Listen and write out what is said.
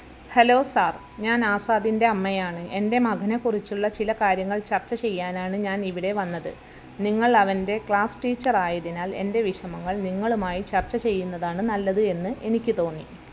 hello sir ഞാൻ ആസാദിന്റെ അമ്മയാണ് എന്റെ മകനെക്കുറിച്ചുള്ള ചില കാര്യങ്ങൾ ചർച്ച ചെയ്യാനാണ് ഞാൻ ഇവിടെ വന്നത് നിങ്ങൾ അവന്റെ ക്ലാസ് ടീച്ചറായതിനാൽ എന്റെ വിഷമങ്ങൾ നിങ്ങളുമായി ചർച്ച ചെയ്യുന്നതാണ് നല്ലത് എന്ന് എനിക്ക് തോന്നി